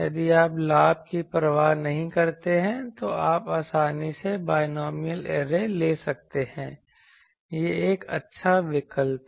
यदि आप लाभ की परवाह नहीं करते हैं तो आप आसानी से बायनॉमियल ऐरे ले सकते हैं यह एक अच्छा विकल्प है